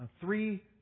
three